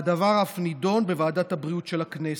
והדבר אף נדון בוועדת הבריאות של הכנסת.